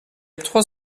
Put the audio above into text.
trois